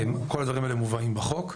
כל הדברים האלה מובאים בחוק.